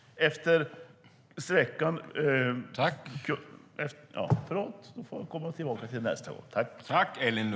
Jag får återkomma i nästa inlägg.